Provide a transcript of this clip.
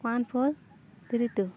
one four three two